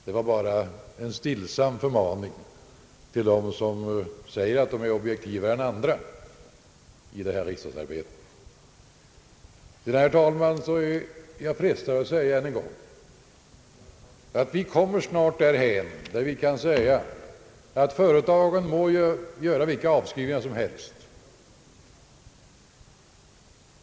Detta sagt bara som en stillsam förmaning till dem som påstår sig vara mer objektiva än andra i riksdagsarbetet. Herr talman! Jag är frestad att än en gång säga att vi snart kommer därhän att företagen må göra vilka avskrivningar som helst.